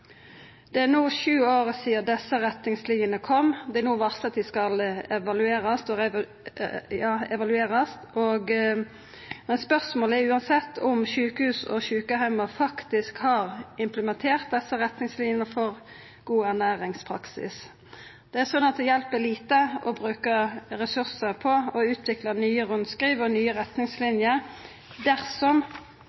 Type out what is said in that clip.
kom, og no er det varsla at dei skal evaluerast. Spørsmålet er uansett om sjukehus og sjukeheimar faktisk har implementert desse retningslinjene for god ernæringspraksis. Det hjelper lite å bruka ressursar på å utvikla nye rundskriv og nye